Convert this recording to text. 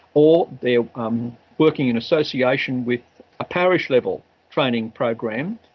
or they're um working in association with a parish level training program,